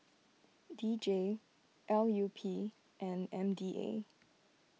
D J L U P and M D A